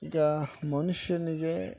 ಈಗ ಮನುಷ್ಯನಿಗೆ